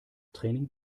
training